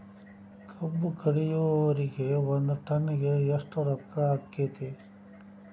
ಕಬ್ಬು ಕಡಿಯುವರಿಗೆ ಒಂದ್ ಟನ್ ಗೆ ಎಷ್ಟ್ ರೊಕ್ಕ ಆಕ್ಕೆತಿ?